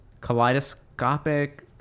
kaleidoscopic